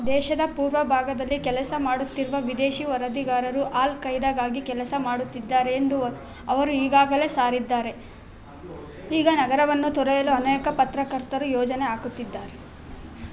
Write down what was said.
ದೇಶದ ಪೂರ್ವಭಾಗದಲ್ಲಿ ಕೆಲಸ ಮಾಡುತ್ತಿರುವ ವಿದೇಶಿ ವರದಿಗಾರರು ಅಲ್ ಖೈದಾಗಾಗಿ ಕೆಲಸ ಮಾಡುತ್ತಿದ್ದಾರೆ ಎಂದು ಅವರು ಈಗಾಗಲೇ ಸಾರಿದ್ದಾರೆ ಈಗ ನಗರವನ್ನು ತೊರೆಯಲು ಅನೇಕ ಪತ್ರಕರ್ತರು ಯೋಜನೆ ಹಾಕುತ್ತಿದ್ದಾರೆ